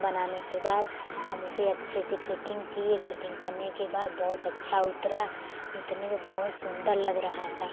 बनाने के बाद हम उसे अच्छे से फिटिंग किए फिटिंग करने के बाद बहुत अच्छा उतरा उतने में बहुत सुंदर लग रहा था